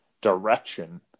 direction